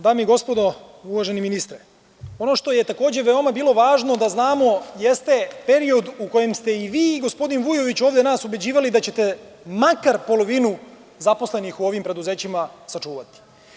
Dame i gospodo, uvaženi ministre, ono što je takođe veoma bilo važno da znamo, jeste period u kojem ste i vi i gospodin Vujović nas ubeđivali ovde da ćete makar polovinu zaposlenih u ovim preduzećima sačuvati.